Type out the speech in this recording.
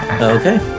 okay